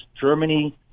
Germany